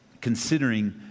considering